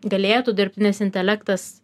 galėtų dirbtinis intelektas